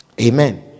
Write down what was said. amen